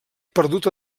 perdut